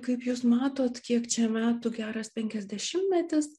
kaip jūs matot kiek čia metų geras penkiasdešimtmetis